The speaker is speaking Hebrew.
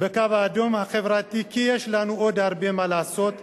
בקו האדום החברתי, כי יש לנו עוד הרבה מה לעשות,